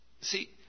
See